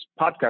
podcast